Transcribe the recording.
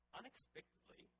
unexpectedly